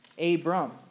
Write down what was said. Abram